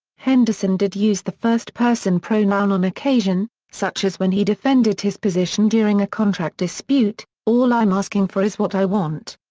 henderson did use the first person pronoun on occasion, such as when he defended his position during a contract dispute all i'm asking for is what i want.